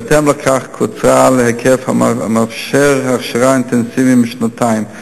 ובהתאם לכך קוצרה להיקף המאפשר הכשרה אינטנסיבית בשנתיים.